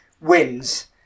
wins